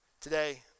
Today